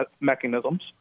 mechanisms